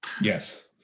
Yes